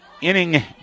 inning